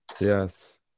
Yes